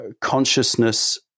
consciousness